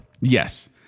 Yes